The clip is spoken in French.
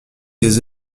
des